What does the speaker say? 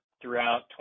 throughout